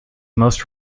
most